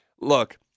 Look